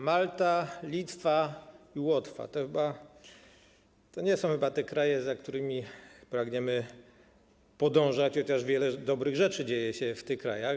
Malta, Litwa i Łotwa to nie są chyba te kraje, za którymi pragniemy podążać, chociaż wiele dobrych rzeczy dzieje się w tych krajach.